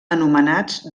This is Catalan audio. anomenats